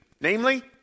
Namely